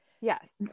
Yes